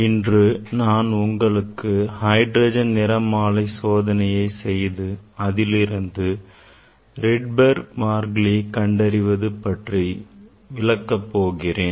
இன்று நாள் உங்களுக்கு ஹைட்ரஜன் நிறமாலை சோதனையை செய்து அதிலிருந்து Rydberg மாறிலி கண்டறிவது பற்றி உங்களுக்கு விளக்கப் போகிறேன்